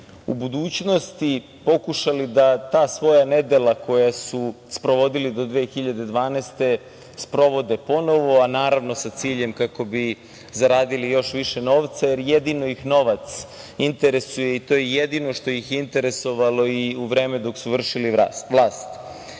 u budućnosti pokušali da ta svoja nedela, koja su sprovodili do 2012. godine, sprovode ponovo, a naravno, sa ciljem kako bi zaradili još više novca, jer jedino ih novac interesuje i to je jedino što ih je interesovalo i vreme dok su vršili vlast.I